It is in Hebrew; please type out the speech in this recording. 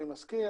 אני מזכיר,